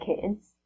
kids